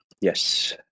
Yes